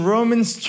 Romans